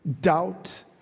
doubt